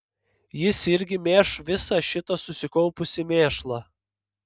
jis irgi mėš visą šitą susikaupusį mėšlą